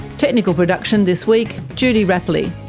technical production this week judy rapley,